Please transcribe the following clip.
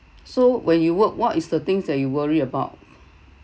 so when you work what is the things that you worry about